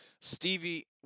Stevie